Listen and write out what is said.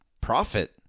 profit